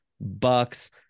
bucks